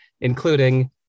including